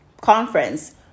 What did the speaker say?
conference